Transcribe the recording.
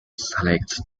selected